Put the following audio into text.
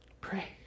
Pray